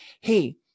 Hey